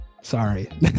Sorry